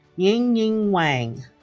yingying wang